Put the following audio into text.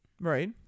right